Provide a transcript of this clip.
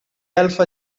alpha